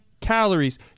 calories